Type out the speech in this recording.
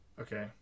okay